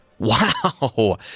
Wow